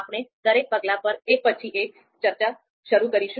આપણે દરેક પગલા પર એક પછી એક ચર્ચા શરૂ કરીશું